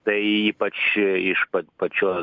tai ypač iš pat pačio